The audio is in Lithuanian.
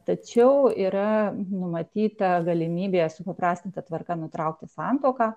tačiau yra numatyta galimybė supaprastinta tvarka nutraukti santuoką